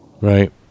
Right